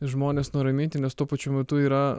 žmones nuraminti nes tuo pačiu metu yra